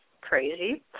crazy